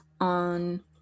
on